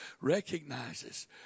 recognizes